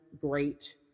great